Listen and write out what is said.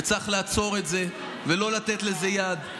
וצריך לעצור את זה ולא לתת לזה יד,